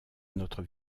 notre